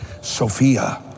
Sophia